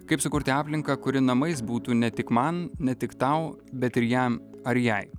kaip sukurti aplinką kuri namais būtų ne tik man ne tik tau bet ir jam ar jai